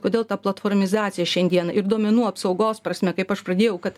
kodėl ta platformizacija šiandien ir duomenų apsaugos prasme kaip aš pradėjau kad